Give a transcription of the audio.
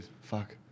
Fuck